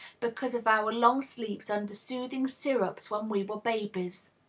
because of our long sleeps under soothing syrups when we were babies.